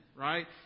right